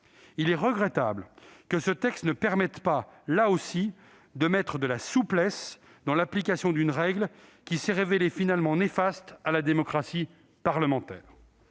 Il est regrettable que ce texte ne permette pas, là encore, d'introduire de la souplesse dans l'application d'une règle qui s'est finalement révélée néfaste pour la démocratie parlementaire.